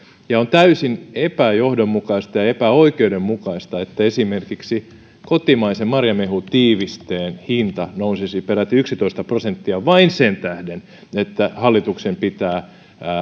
ja on täysin epäjohdonmukaista ja epäoikeudenmukaista että esimerkiksi kotimaisen marjamehutiivisteen hinta nousisi peräti yksitoista prosenttia vain sen tähden että hallituksen pitää